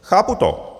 Chápu to.